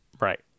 Right